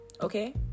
okay